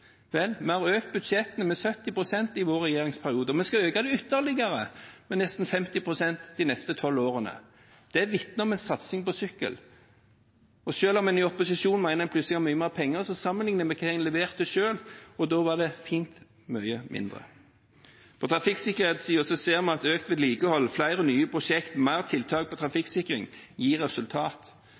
Vel, vi har økt budsjettene med 70 pst. i vår regjeringsperiode, og vi skal øke dem ytterligere med nesten 50 pst. de neste tolv årene. Det vitner om en satsing på sykkel. Og selv om en i opposisjon mener at en plutselig har mye mer penger: Sammenligner en med hva en leverte selv, var det mye mindre. På trafikksikkerhetssiden ser vi at økt vedlikehold, flere nye prosjekter og flere tiltak på trafikksikring gir